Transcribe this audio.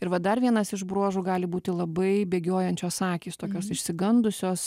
ir va dar vienas iš bruožų gali būti labai bėgiojančios akys tokios išsigandusios